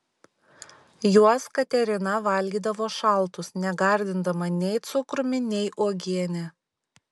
juos katerina valgydavo šaltus negardindama nei cukrumi nei uogiene